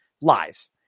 lies